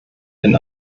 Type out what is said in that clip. den